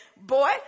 boy